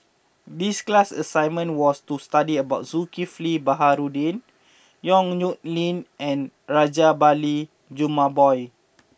this class assignment was to study about Zulkifli Baharudin Yong Nyuk Lin and Rajabali Jumabhoy